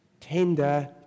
tender